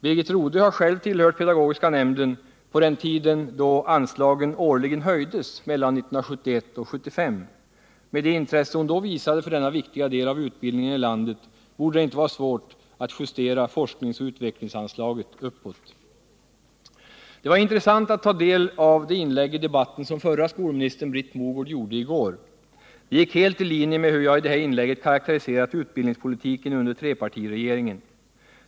Birgit Rodhe har själv tillhört pedagogiska nämnden på den tiden då anslagen årligen höjdes, mellan 1971 och 1975. Med det intresse hon då visade för denna viktiga del av utbildningen i landet borde det inte vara svårt att justera forskningsoch utvecklingsanslaget uppåt. Det var intressant att ta del av det inlägg i debatten som förra skolministern Britt Mogård gjorde i går. Det gick helt i linje med hur jag i det här inlägget karakteriserat utbildningspolitiken under trepartiregeringen.